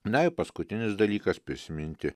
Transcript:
na ir paskutinis dalykas prisiminti